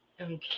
Okay